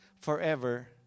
forever